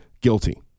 guilty